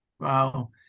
Wow